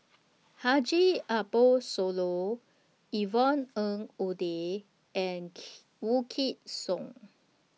Haji Ambo Sooloh Yvonne Ng Uhde and Wykidd Song